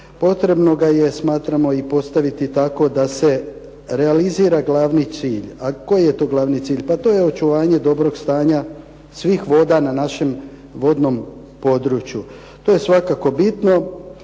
potrebno ga je smatramo i postaviti tako da se realizira glavni cilj. A koji je to glavni cilj? Pa to je očuvanje dobrog stanja svih voda na našem vodnom području. To je svakako bitno